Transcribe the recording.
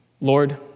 Lord